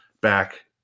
back